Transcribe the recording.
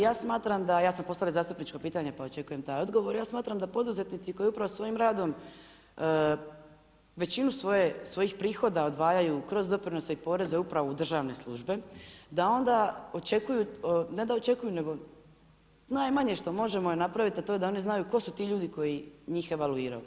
Ja smatram da, ja sam postavila i zastupničko pitanje pa očekujem i taj odgovor, ja smatram da poduzetnici koji upravo svojim radom većinu svojih prihoda odvajaju kroz doprinose i poreze upravo u državne službe, da onda očekuju, ne da očekuju nego najmanje što možemo napraviti je to da oni znaju tko su ti ljudi koji njih evaluiraju.